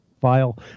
file